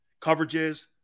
coverages